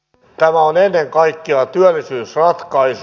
tämä on ennen kaikkea työllisyysratkaisu